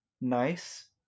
nice